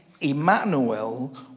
Emmanuel